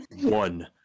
One